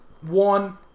one